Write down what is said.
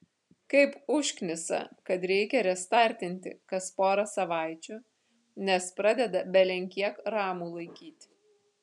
kaip užknisa kad reikia restartinti kas porą savaičių nes pradeda belenkiek ramų laikyt